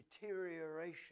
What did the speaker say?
deterioration